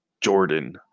Jordan